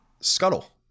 Scuttle